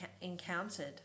encountered